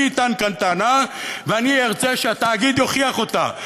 אני אטען כאן טענה, ואני ארצה שהתאגיד יוכיח אותה.